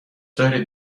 دارید